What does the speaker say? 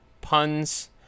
puns